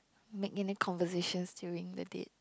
make any conversations during the date